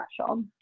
special